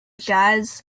jazz